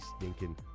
stinking